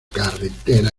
carretera